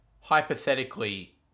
hypothetically